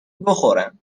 بخورم